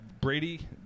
Brady